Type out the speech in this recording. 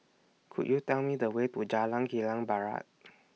Could YOU Tell Me The Way to Jalan Kilang Barat